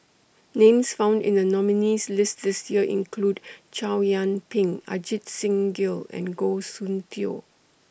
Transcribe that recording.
Names found in The nominees' list This Year include Chow Yian Ping Ajit Singh Gill and Goh Soon Tioe